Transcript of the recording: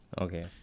Okay